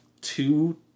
two